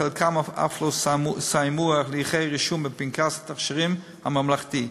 וחלקם אף לא סיימו הליכי רישום בפנקס התכשירים הממלכתי.